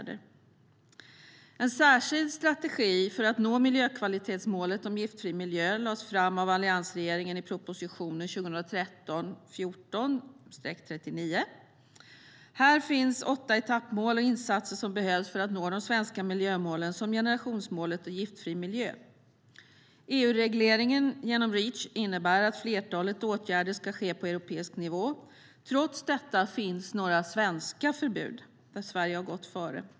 En särskild strategi för att nå miljökvalitetsmålet om giftfri miljö lades fram av alliansregeringen i proposition 2013/14:39. Här finns åtta etappmål och insatser som behövs för att nå de svenska miljömålen, som generationsmålet och målet om giftfri miljö. EUregleringen genom Reach innebär att flertalet åtgärder ska ske på europeisk nivå. Trots detta finns några svenska förbud, där Sverige har gått före.